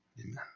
Amen